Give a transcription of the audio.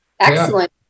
Excellent